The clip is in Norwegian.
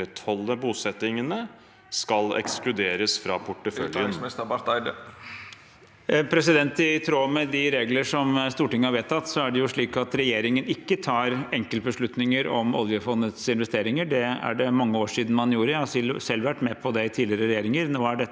I tråd med de regler som Stortinget har vedtatt, er det slik at regjeringen ikke tar enkeltbeslutninger om oljefondets investeringer. Det er det mange år siden man gjorde. Jeg har selv vært med på det i tidligere regjeringer.